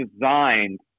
designed